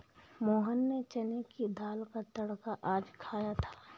मोहन ने चने की दाल का तड़का आज खाया था